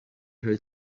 her